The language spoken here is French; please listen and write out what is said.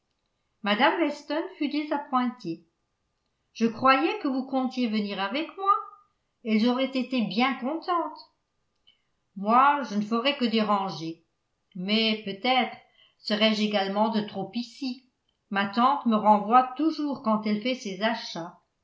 mme weston fut désappointée je croyais que vous comptiez venir avec moi elles auraient été bien contentes moi je ne ferais que déranger mais peut-être serais-je également de trop ici ma tante me renvoie toujours quand elle fait ses achats